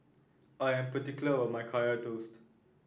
I'm particular about my Kaya Toast